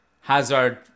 Hazard